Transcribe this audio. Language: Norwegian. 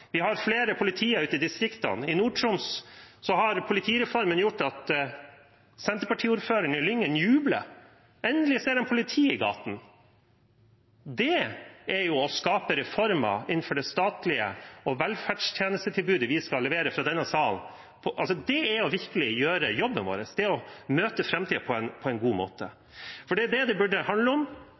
Vi har mer politi ute i distriktene. I Nord-Troms har politireformen gjort at Senterparti-ordføreren i Lyngen jubler. Endelig ser de politi i gatene! Det er å skape reformer innenfor det statlige og de velferdstjenestene vi skal levere fra denne sal. Det er virkelig å gjøre jobben vår. Det er å møte framtiden på en god måte. Det det burde handle om,